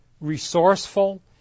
resourceful